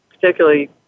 particularly